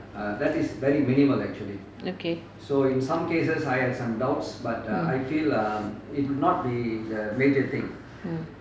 okay mm mm